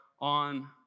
on